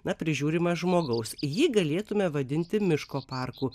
na prižiūrimas žmogaus jį galėtume vadinti miško parku